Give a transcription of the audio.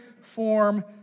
form